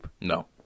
No